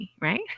right